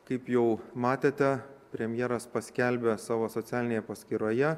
kaip jau matėte premjeras paskelbė savo socialinėje paskyroje